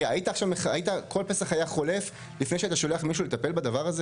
אז כל פסח היה חולף לפני שהיית מטפל בדבר הזה?